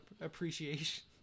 appreciation